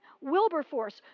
Wilberforce